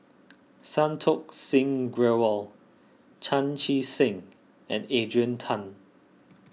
Santokh Singh Grewal Chan Chee Seng and Adrian Tan